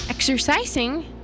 Exercising